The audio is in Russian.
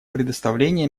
предоставление